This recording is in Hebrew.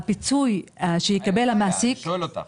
הפיצוי שיקבל המעסיק --- אני שואל אותך.